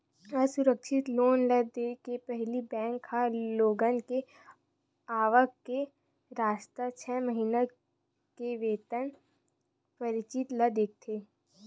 असुरक्छित लोन ल देय के पहिली बेंक ह लोगन के आवक के रस्ता, छै महिना के वेतन परची ल देखथे